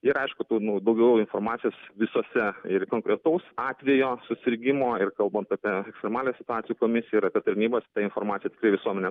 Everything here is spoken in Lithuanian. ir aišku tų nu daugiau informacijos visose ir konkretaus atvejo susirgimo ir kalbant apie ekstremalią situaciją komisiją ir apie tarnybas tai ta informacija tikrai visuomenę